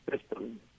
system